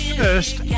first